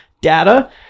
data